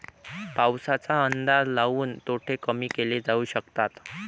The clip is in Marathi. पाऊसाचा अंदाज लाऊन तोटे कमी केले जाऊ शकतात